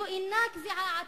זו אינה קביעה עצמית,